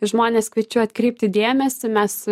žmones kviečiu atkreipti dėmesį mes